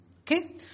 Okay